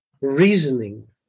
reasoning